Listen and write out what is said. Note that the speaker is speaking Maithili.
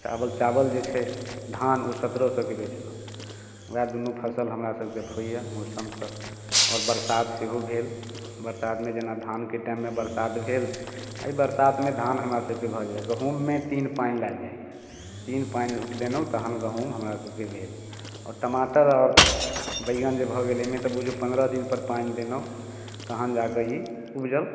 चावल चावल जे छै धान ओ सत्रह सओके बेचनौ वएह दुनू फसल हमरा सभके होइए मौसमसँ आओर बरसात सेहो भेल बरसातमे जेना धानके टाइममे बरसात भेल अइ बरसातमे धान हमरा सभके भऽ जाइए गहुममे तीन पानि लागि जाइए तीन पानि देनौ तहन गहुम हमरा सभके भेल आओर टमाटर आओर बैगन जे भऽ गेलै अइमे तऽ बुझु पन्द्रह दिनपर पानि देनौ तहन जाकऽ ई उपजल